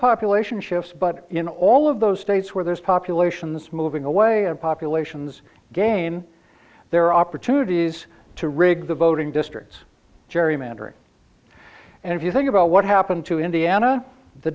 population shifts but in all of those states where there's populations moving away and populations gain their opportunities to rig the voting districts gerrymandering and if you think about what happened to indiana the